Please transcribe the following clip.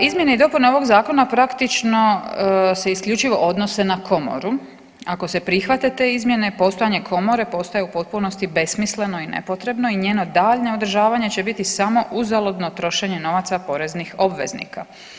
Izmjene i dopune ovog zakona praktično se isključivo odnose na komoru, ako se prihvate te izmjene postojanje komore postaje u potpunosti besmisleno i nepotrebno i njeno daljnje održavanje će biti samo uzaludno trošenje novaca poreznih obveznika.